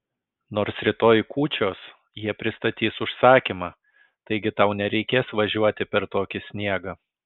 nors rytoj kūčios jie pristatys užsakymą taigi tau nereikės važiuoti per tokį sniegą